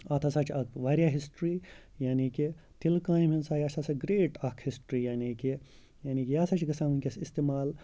اَتھ ہَسا چھِ اَتھ واریاہ ہِسٹِرٛی یعنی کہِ تِلہِ کامہِ ہِنٛز سا یَس ہَسا گرٛیٹ اَکھ ہِسٹرٛی یعنی کہِ یعنی کہِ یہِ ہَسا چھِ گژھان وٕنۍکٮ۪س استعمال